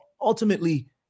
ultimately